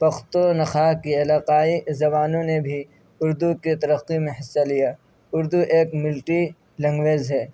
پختونخواں کے علاقائی زبانوں نے بھی اردو کے ترقی میں حصہ لیا اردو ایک ملٹی لینگویج ہے